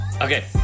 Okay